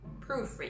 proofread